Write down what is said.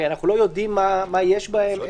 הרי אנחנו לא יודעים מה יש בהן.